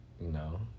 No